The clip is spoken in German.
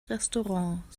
restaurant